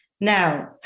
Now